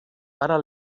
para